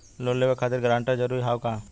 Loan लेवब खातिर guarantor जरूरी हाउ का?